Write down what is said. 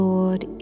Lord